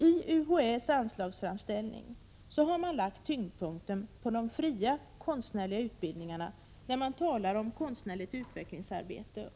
I UHÄ:s anslagsframställning har man lagt tyngdpunkten på de fria konstnärliga utbildningarna när man talar om konstnärligt utvecklingsarbete.